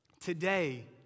Today